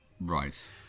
Right